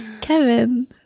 Kevin